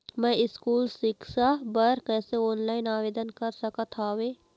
मैं स्कूल सिक्छा बर कैसे ऑनलाइन आवेदन कर सकत हावे?